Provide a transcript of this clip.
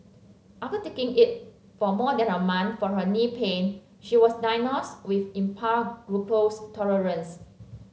after taking it for more than a month for her knee pain she was diagnosed with impaired glucose tolerance